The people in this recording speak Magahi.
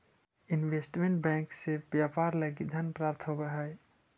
इन्वेस्टमेंट बैंक से व्यापार लगी धन प्राप्ति होवऽ हइ